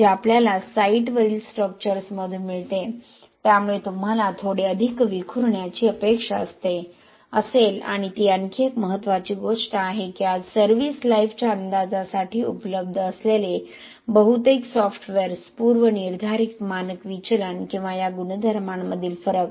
जे आपल्याला साइटवरील स्ट्रक्चर्समधून मिळते त्यामुळे तुम्हाला थोडे अधिक विखुरण्याची अपेक्षा असेल आणि ती आणखी एक महत्त्वाची गोष्ट आहे की आज सव्हिस लाईफ च्या अंदाजासाठी उपलब्ध असलेले बहुतेक सॉफ्टवेअर्स पूर्वनिर्धारित मानक विचलन किंवा या गुणधर्मांमधील फरक